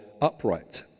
upright